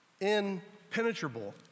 impenetrable